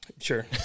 Sure